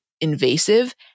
invasive